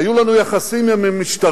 היו לנו יחסים עם משטרים,